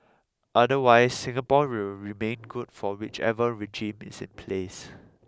otherwise Singapore will remain good for whichever regime is in place